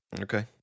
Okay